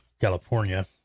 california